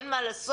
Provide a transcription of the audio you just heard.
אין מה לעשות,